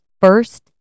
first